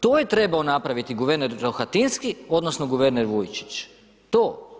To je trebao napraviti guverner Rohatinski odnosno guverner Vujčić, to.